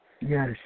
Yes